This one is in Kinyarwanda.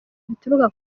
bituruka